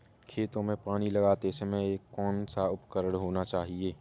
खेतों में पानी लगाते समय कौन सा उपकरण होना चाहिए?